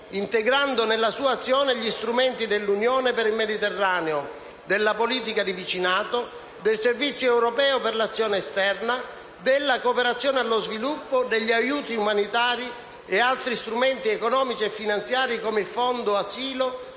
integrando nella sua azione gli strumenti dell'Unione per il Mediterraneo, della politica di vicinato, del Servizio europeo per l'azione esterna, della cooperazione allo sviluppo, degli aiuti umanitari e gli altri strumenti economici e finanziari come il Fondo asilo,